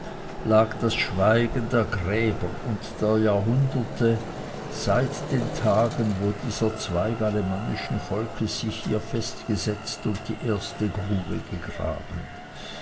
lag das schweigen der gräber und der jahrhunderte seit den tagen wo dieser zweig alemannischen volkes sich hier festgesetzt und die erste grube gegraben